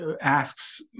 asks